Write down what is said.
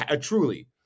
Truly